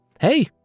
Hey